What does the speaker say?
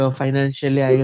financially